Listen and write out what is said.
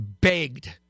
begged